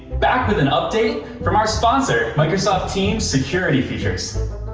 back with an update from our sponsor, microsoft teams security features.